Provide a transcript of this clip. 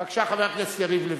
בבקשה, חבר הכנסת יריב לוין.